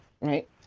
right